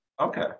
Okay